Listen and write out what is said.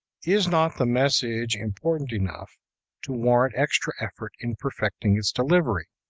is not the message important enough to warrant extra effort in perfecting its delivery?